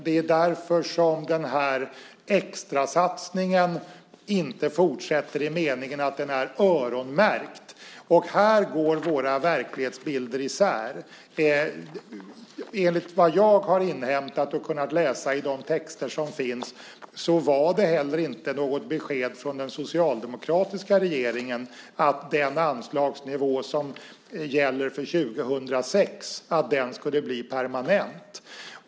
Det är därför som extrasatsningen inte fortsätter i meningen att den är öronmärkt. Här går våra verklighetsbilder isär. Enligt vad jag har inhämtat och kunnat läsa i de texter som finns gav den socialdemokratiska regeringen heller inte något besked om att den anslagsnivå som gäller för 2006 skulle bli permanent.